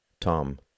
Tom